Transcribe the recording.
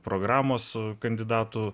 programos kandidatų